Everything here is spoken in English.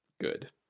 good